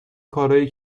کارایی